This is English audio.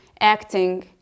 acting